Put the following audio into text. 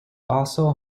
also